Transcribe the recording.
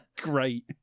great